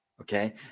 Okay